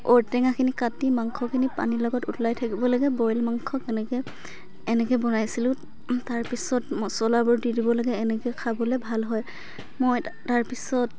ঔটেঙাখিনি কাটি মাংসখিনি পানীৰ লগত উতলাই থাকিব লাগে বইল মাংস কেনেকৈ এনেকৈ বনাইছিলোঁ তাৰপিছত মচলাবোৰ দি দিব লাগে এনেকৈ খাবলৈ ভাল হয় মই তাৰপিছত